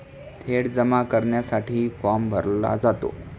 थेट जमा करण्यासाठीही फॉर्म भरला जातो